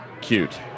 cute